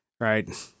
Right